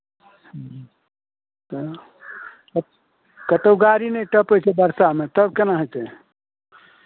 तऽ क कतहु गाड़ी नहि टपै छै बड़कामे तब केना हेतै